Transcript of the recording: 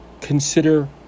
Consider